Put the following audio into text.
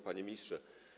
Panie Ministrze!